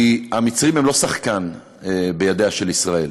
כי המצרים הם לא שחקן בידיה של ישראל.